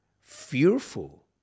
fearful